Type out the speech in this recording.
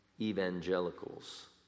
evangelicals